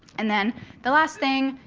and then the last thing,